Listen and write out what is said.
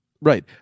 Right